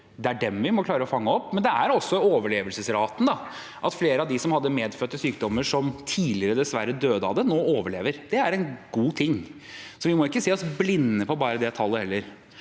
Det er dem vi må klare å fange opp. Det handler også om overlevelsesraten, at flere av dem som har medfødte sykdommer man tidligere dessverre døde av, nå overlever. Det er en god ting. Vi må ikke bare se oss blinde på det tallet.